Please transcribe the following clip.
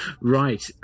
right